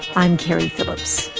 i'm keri phillips.